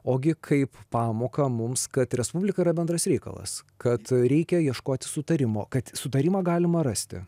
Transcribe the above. ogi kaip pamoką mums kad respublika yra bendras reikalas kad reikia ieškoti sutarimo kad sutarimą galima rasti